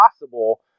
possible